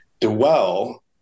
dwell